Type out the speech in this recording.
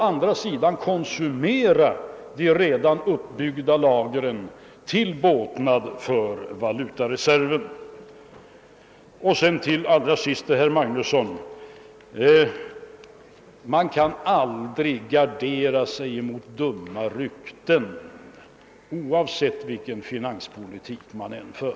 Samtidigt kan de redan uppbyggda lagren konsumeras till båtnad för valutareserven. Allra sist vill jag säga till herr Magnusson i Borås att man aldrig kan gardera sig mot dumma rykten, oavsett vilken finanspolitik man för.